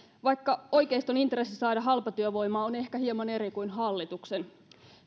vaikka oikeiston intressi saada halpatyövoimaa on ehkä hieman eri kuin hallituksen